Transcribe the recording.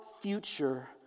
future